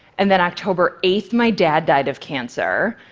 and then october eight, my dad died of cancer.